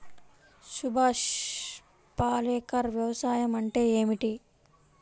సుభాష్ పాలేకర్ వ్యవసాయం అంటే ఏమిటీ?